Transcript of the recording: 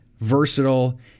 versatile